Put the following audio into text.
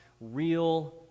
real